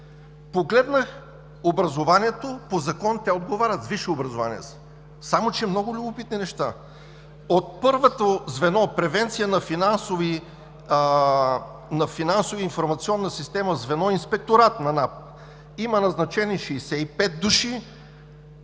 Погледнах образованието – по закон те отговарят – с висше образование са. Само че много любопитни неща – от първото звено „Превенция на финансова информационна система“, звено „Инспекторат“ на НАП, има назначени 65 души,